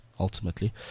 ultimately